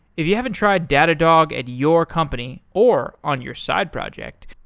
if you haven't tried datadog at your company or on your side project,